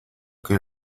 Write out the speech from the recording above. que